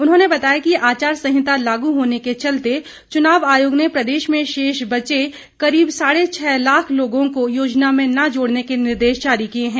उन्होंने बताया कि आचार संहिता लागू होने को चलते चुनाव आयोग ने प्रदेश में शेष बचे करीब साढ़े छह लाख लोगों को योज़ना में न जोड़ने के निर्देश जारी किए हैं